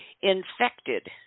infected